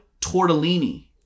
tortellini